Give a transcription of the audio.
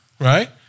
right